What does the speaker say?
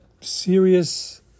serious